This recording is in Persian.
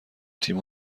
تیم